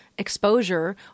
exposure